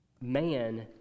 Man